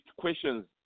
questions